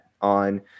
on